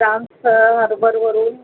trans हार्बरवरून